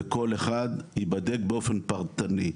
וכל אחד ייבדק באופן פרטני.